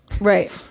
Right